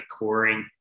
coring